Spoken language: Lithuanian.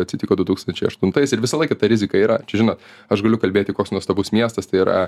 atsitiko du tūkstančiai aštuntais ir visą laiką ta rizika yra čia žinot aš galiu kalbėti koks nuostabus miestas tai yra